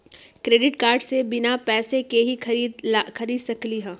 Credit card से बिना पैसे के ही खरीद सकली ह?